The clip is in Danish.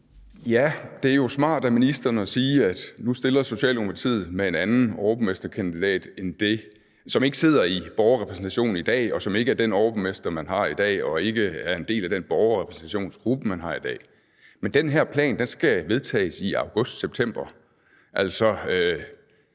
Det er jo smart af ministeren at sige, at nu stiller Socialdemokratiet med en anden overborgmesterkandidat, som ikke sidder i borgerrepræsentationen i dag, og som ikke er den overborgmester, man har i dag, og ikke er en del af den borgerrepræsentationsgruppe, man har i dag. Men den her plan skal vedtages i august-september,